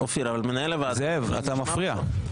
זאב, אתה מפריע.